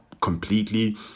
completely